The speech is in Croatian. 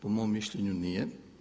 Po mom mišljenju nije.